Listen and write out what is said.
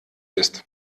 ist